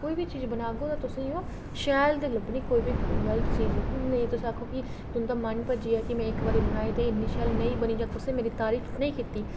कोई बी चीज बनागेओ ते तुस ओह् शैल गै लभनी गलत नेईं लभनी तुस आक्खो की ओह् तुं'दा मन भज्जी जा कि में इक बारी नाई इन्नी शैल नेईं बनी ते तुसें मेरी तारीफ नेईं कीती